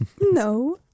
No